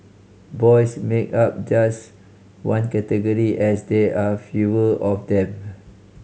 boys make up just one category as there are fewer of them